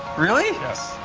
really? yes.